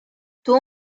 tuvo